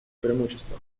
преимущества